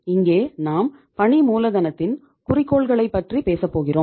இங்கே நாம் பணி மூலதனத்தின் குறிக்கோள்களைப் பற்றி பேசப்போகிறோம்